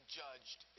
judged